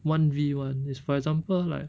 one V one it's for example like